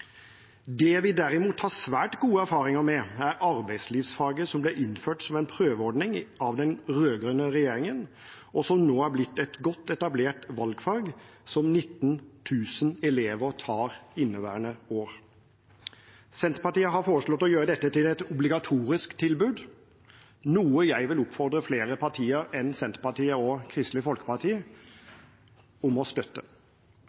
Det vi derimot har svært gode erfaringer med, er arbeidslivsfaget som ble innført som en prøveordning av den rød-grønne regjeringen, og som nå er blitt et godt etablert valgfag som 19 000 elever tar inneværende år. Senterpartiet har foreslått å gjøre dette til et obligatorisk tilbud, noe jeg vil oppfordre flere partier enn Senterpartiet og Kristelig Folkeparti til å støtte.